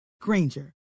Granger